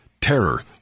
terror